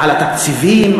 על התקציבים?